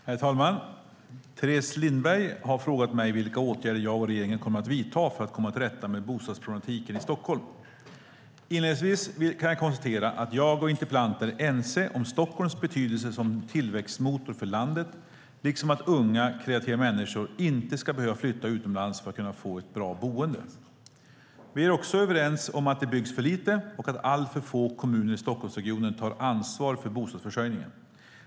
Herr talman! Teres Lindberg har frågat mig vilka åtgärder jag och regeringen kommer att vidta för att komma till rätta med bostadsproblematiken i Stockholm. Inledningsvis kan jag konstatera att jag och interpellanten är ense om Stockholms betydelse som en tillväxtmotor för landet, liksom om att unga, kreativa människor inte ska behöva flytta utomlands för att kunna få ett bra boende. Vi är också överens om att det byggs för lite och att alltför få kommuner i Stockholmsregionen tar ansvar för bostadsförsörjningen.